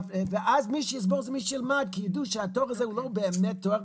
ואז מי שיסבול זה מי שילמד כי ידעו שהתואר הזה הוא לא באמת תואר.